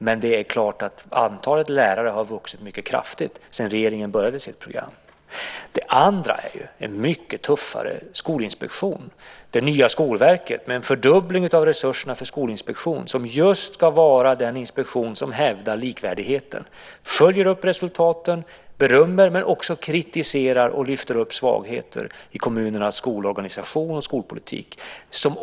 Men det är klart att antalet lärare har vuxit mycket kraftigt sedan regeringen började sitt program. Det andra är en mycket tuffare skolinspektion och det nya skolverket med en fördubbling av resurserna för skolinspektion, som just ska vara den inspektion som hävdar likvärdigheten, följer upp resultaten och berömmer men också kritiserar och lyfter upp svagheter i kommunernas skolorganisation och skolpolitik.